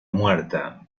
muerta